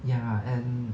ya and